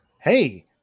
Hey